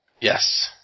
Yes